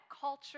culture